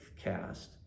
cast